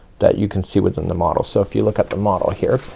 that you can see within the model. so if you look at the model here,